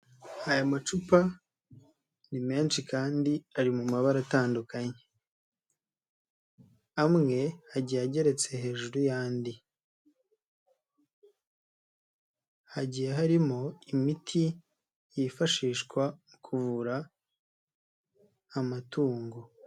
Aya macupa ni menshi kandi ari mu mabara atandukanye, amwe agiye ageretse hejuru y'andi, hagiye harimo imiti yifashishwa mu kuvura amatungo..